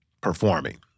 performing